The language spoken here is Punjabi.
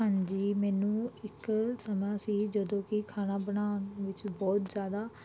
ਹਾਂਜੀ ਮੈਨੂੰ ਇੱਕ ਸਮਾਂ ਸੀ ਜਦੋਂ ਕਿ ਖਾਣਾ ਬਣਾਉਣ ਵਿੱਚ ਬਹੁਤ ਜ਼ਿਆਦਾ